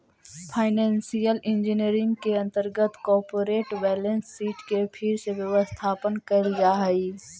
financial engineering के अंतर्गत corporate balance sheet के फिर से व्यवस्थापन कैल जा हई